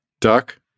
Duck